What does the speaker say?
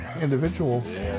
individuals